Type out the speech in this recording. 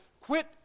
Quit